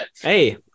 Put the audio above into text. Hey